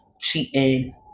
cheating